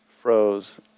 froze